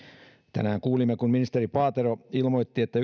tänään kuulimme kun ministeri paatero ilmoitti että